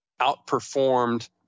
outperformed